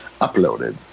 uploaded